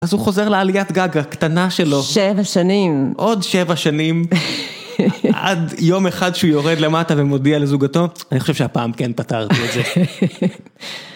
אז הוא חוזר לעליית גג הקטנה שלו 7 שנים עוד 7 שנים עד יום אחד שהוא יורד למטה ומודיע לזוגתו אני חושב שהפעם כן פתרתי את זה.